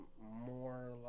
more